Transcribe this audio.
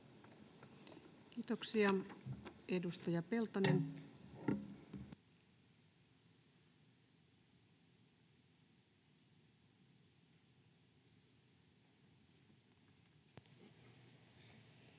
Kiitoksia. — Edustaja Peltonen. Arvoisa